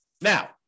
Now